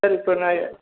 sir இப்போ நான்